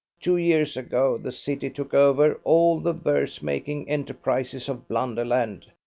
two years ago the city took over all the verse-making enterprises of blunderland,